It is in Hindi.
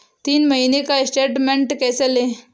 तीन महीने का स्टेटमेंट कैसे लें?